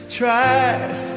tries